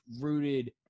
rooted